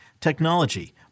technology